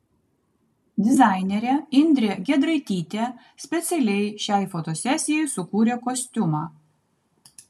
dizainerė indrė giedraitytė specialiai šiai fotosesijai sukūrė kostiumą